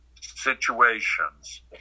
situations